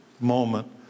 moment